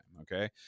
Okay